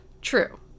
True